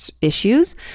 issues